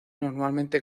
normalmente